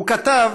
הוא כתב